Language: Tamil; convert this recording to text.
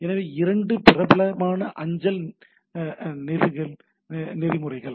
எனவே இவை 2 பிரபலமான அஞ்சல் அணுகல் நெறிமுறைகள்